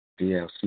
DLC